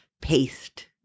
paste